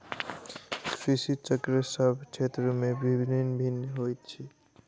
कृषि चक्र सभ क्षेत्र मे भिन्न भिन्न होइत छै